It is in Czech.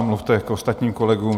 Mluvte k ostatním kolegům.